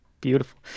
beautiful